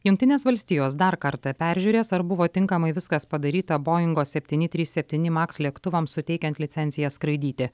jungtinės valstijos dar kartą peržiūrės ar buvo tinkamai viskas padaryta boingo septyni trys septyni maks lėktuvams suteikiant licenciją skraidyti